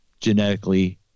genetically